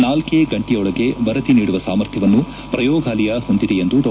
ನಾಲ್ಕೇ ಗಂಟೆಯೊಳಗೆ ವರದಿ ನೀಡುವ ಸಾಮರ್ಥ್ಯವನ್ನು ಪ್ರಯೋಗಾಲಯ ಹೊಂದಿದೆ ಎಂದು ಡಾ